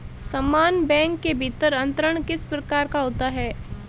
समान बैंक के भीतर अंतरण किस प्रकार का होता है?